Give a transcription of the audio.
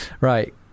right